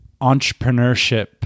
entrepreneurship